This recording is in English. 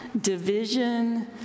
division